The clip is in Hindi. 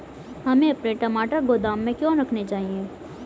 हमें अपने टमाटर गोदाम में क्यों रखने चाहिए?